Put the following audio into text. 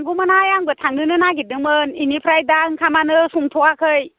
थांगौमोनहाय आंबो थांनोनो नागिरदोंमोन बिनिफ्राय दा ओंखामानो संथ'आखै